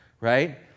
right